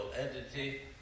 entity